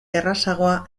errazagoa